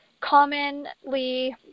commonly